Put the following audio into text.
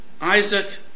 Isaac